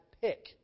pick